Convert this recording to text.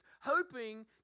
hoping